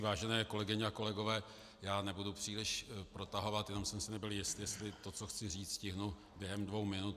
Vážené kolegyně a kolegové, já nebudu příliš protahovat, jenom jsem si nebyl jist, jestli to, co chci říct, stihnu během dvou minut.